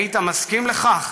היית מסכים לכך?